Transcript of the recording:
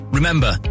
Remember